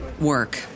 work